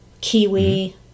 Kiwi